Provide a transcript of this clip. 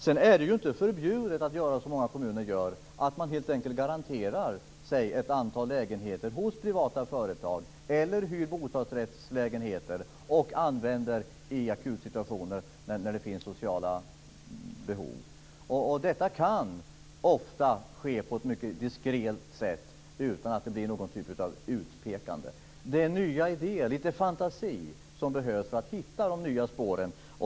Sedan är det inte förbjudet att göra som många kommuner gör, att man helt enkelt garanterar sig ett antal lägenheter hos privata företag eller ett antal bostadsrättslägenheter och använder det i akutsituationer när det finns sociala behov. Detta kan ofta ske på ett diskret sätt utan att det blir någon typ av utpekande. Det är nya idéer, lite fantasi som behövs för att hitta de nya spåren.